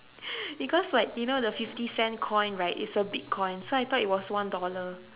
because like you know the fifty cent coin right is a big coin so I thought it was one dollar